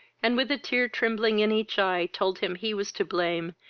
and, with a tear trembling in each eye, told him he was to blame,